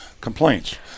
complaints